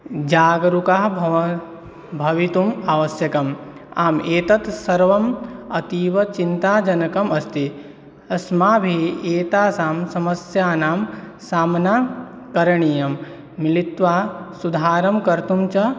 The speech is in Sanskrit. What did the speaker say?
जागरूकः भव भवितुम् आवश्यकम् आम् एतत् सर्वम् अतीव चिन्ताजनकम् अस्ति अस्माभिः एतासां समस्यानां साम्ना करणीयं मिलित्वा सुधारं कर्तुं च